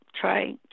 try